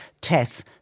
Tess